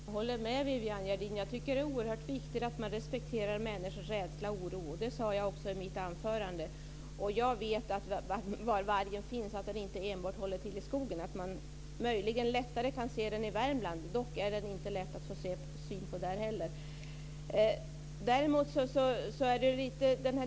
Fru talman! Jag håller med Viviann Gerdin. Jag tycker att det är oerhört viktigt att man respekterar människors rädsla och oro. Det sade jag också i mitt anförande. Jag vet var vargen finns. Jag vet att den inte enbart håller till i skogen och att man möjligen lättare kan se den i Värmland. Dock är den inte lätt att få syn på där heller.